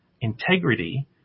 integrity